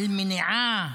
על מניעה,